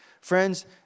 Friends